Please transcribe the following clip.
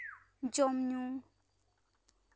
ᱡᱚᱢ ᱧᱩ